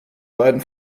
beiden